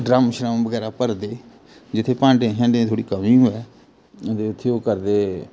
drum श्रम बगैरा भरदे जित्थै भांडे शांडे दी थ्होड़ी कमी होऐ ते उत्थै ओह् करदे